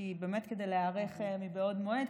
כדי להיערך מבעוד מועד,